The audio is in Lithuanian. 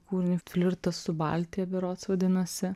kūrinį flirtas su baltija berods vadinosi